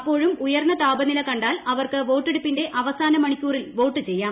അപ്പോഴും ഉയർന്ന താപനില കണ്ടാൽ അവർക്ക് വോട്ടെടുപ്പിന്റെ അവസാന മണിക്കൂറിൽ വോട്ട് ചെയ്യാം